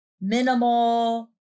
minimal